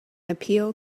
appeal